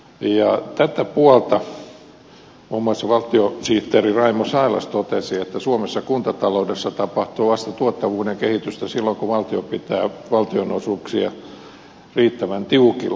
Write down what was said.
tästä puolesta muun muassa valtiosihteeri raimo sailas totesi että suomessa kuntataloudessa tapahtuu tuottavuuden kehitystä vasta silloin kun valtio pitää valtionosuuksia riittävän tiukilla